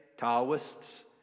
taoists